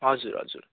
हजुर हजुर